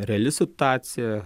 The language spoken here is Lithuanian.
reali situacija